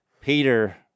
Peter